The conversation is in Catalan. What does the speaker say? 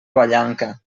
vallanca